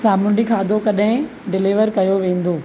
सामूंडी खाधो कॾहिं डिलीवर कयो वेंदो